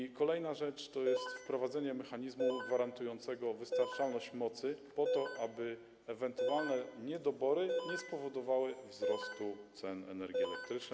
I kolejna rzecz to wprowadzenie mechanizmu gwarantującego wystarczalność mocy po to, aby ewentualne niedobory nie spowodowały wzrostu cen energii elektrycznej.